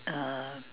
uh